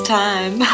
time